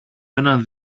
έναν